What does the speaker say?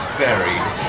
buried